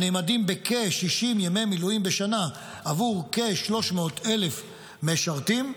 הנאמדים בכ-60 ימי מילואים בשנה עבור כ-300,000 משרתים,